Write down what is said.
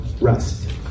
rest